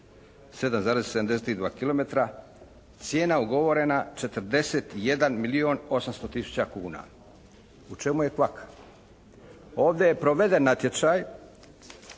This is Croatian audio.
7,72 kilometra. Cijena ugovorena 41 milijon 800 tisuća kuna. U čemu je kvaka? Ovdje je proveden natječaj,